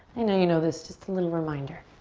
i know you know this, just a little reminder.